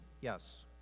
Yes